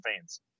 fans